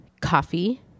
coffee